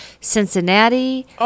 Cincinnati